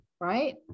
right